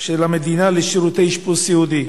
של המדינה לשירותי אשפוז סיעודי.